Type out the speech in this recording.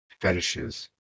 fetishes